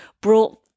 brought